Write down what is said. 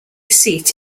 seat